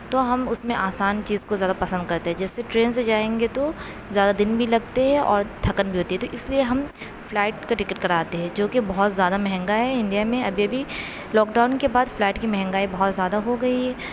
تو ہم اُس میں آسان چیز کو زیادہ پسند کرتے ہے جیسے ٹرین سے جائیں گے تو زیادہ دِن بھی لگتے ہے اور تھکن بھی ہوتی ہے تو اِس لئے ہم فلائٹ کا ٹکٹ کراتے ہیں جو کہ بہت زیادہ مہنگا ہے انڈیا میں ابھی ابھی لوک ڈاؤن کے بعد فلائٹ کی مہنگائی بہت زیادہ ہو گئی ہے